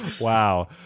Wow